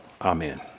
Amen